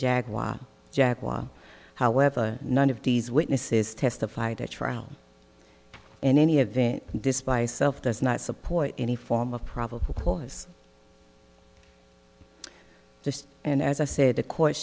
jaguar jaguar however none of these witnesses testified at trial in any event despise self does not support any form of probable cause and as i said the co